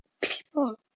people